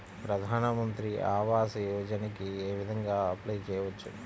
ప్రధాన మంత్రి ఆవాసయోజనకి ఏ విధంగా అప్లే చెయ్యవచ్చు?